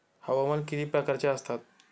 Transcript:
हवामान किती प्रकारचे असतात?